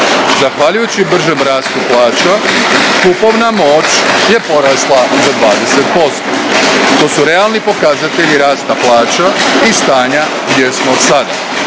zahvaljujući bržem rastu plaća kupovna moć je porasla za 20%. To su realni pokazatelji rasta plaća i stanja gdje smo sada,